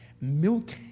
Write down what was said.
Milk